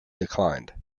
declined